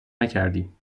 نکردی